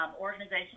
organization